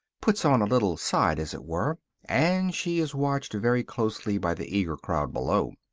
puts on a little side as it were and she is watched very closely by the eager crowd below.